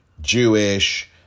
Jewish